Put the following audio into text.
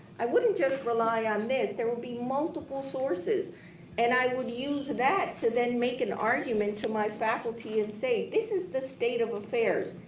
i wouldn't just rely on this. there will be multiple sources and i would use that to then to make an argument to my faculty and say, this is the state of affairs.